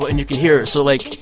ah and you can hear. so, like,